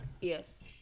yes